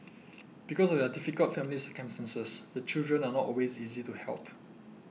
because of their difficult family circumstances the children are not always easy to help